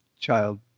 child